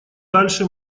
дальше